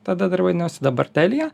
tada dar vadinosi dabar telija